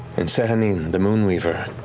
and sehanine, the moonweaver,